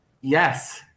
Yes